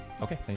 Okay